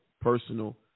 personal